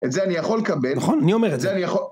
את זה אני יכול לקבל. נכון. אני אומר... את זה אני יכו